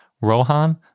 Rohan